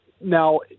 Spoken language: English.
Now